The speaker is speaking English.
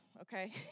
Okay